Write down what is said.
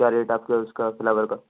کیا ریٹ ہے آپ کے اس کا فلاور کا